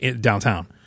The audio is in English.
downtown